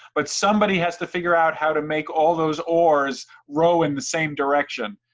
but somebody has to figure out how to make all those oars row in the same direction.